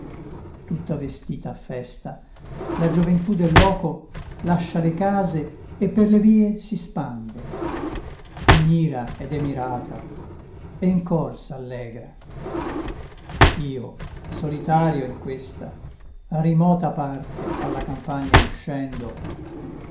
tutta vestita a festa la gioventù del loco lascia le case e per le vie si spande e mira ed è mirata e in cor s'allegra io solitario in questa rimota parte alla campagna uscendo